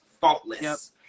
faultless